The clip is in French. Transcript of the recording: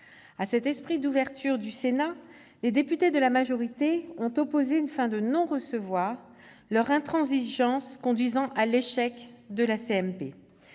À cet esprit d'ouverture du Sénat, les députés de la majorité ont opposé une fin de non-recevoir, leur intransigeance conduisant à l'échec de la